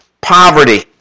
poverty